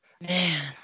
man